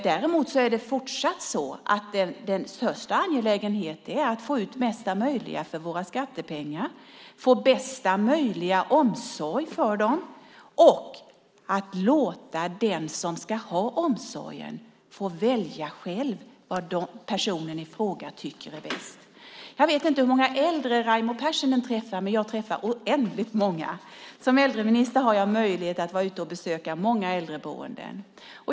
Däremot är det fortsatt så att den största angelägenheten är att få ut mesta möjliga för våra skattepengar, få bästa möjliga omsorg för dem och låta den som ska få omsorgen välja själv vad personen i fråga tycker är bäst. Jag vet inte hur många äldre Raimo Pärssinen träffar, men jag träffar oändligt många. Som äldreminister har jag möjlighet att besöka många äldreboenden.